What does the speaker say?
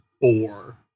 Four